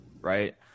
right